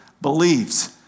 believes